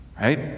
right